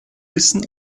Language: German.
wissen